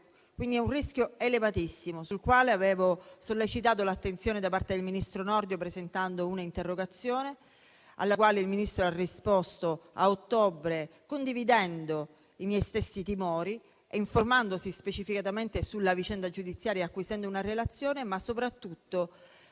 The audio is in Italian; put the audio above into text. di un rischio elevatissimo, sul quale avevo sollecitato l'attenzione da parte del ministro Nordio presentando un'interrogazione, alla quale il Ministro ha risposto a ottobre, condividendo i miei stessi timori, informandosi specificatamente sulla vicenda giudiziaria, acquisendo una relazione, ma soprattutto